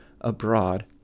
abroad